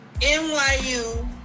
NYU